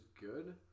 good